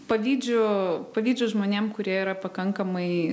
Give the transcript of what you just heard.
pavydžiu pavydžiu žmonėm kurie yra pakankamai